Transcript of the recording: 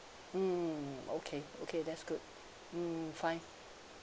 mm okay okay that's good mm fine